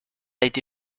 été